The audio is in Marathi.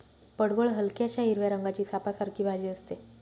पडवळ हलक्याशा हिरव्या रंगाची सापासारखी भाजी असते